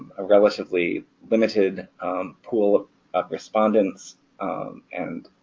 a relatively limited pool of respondents and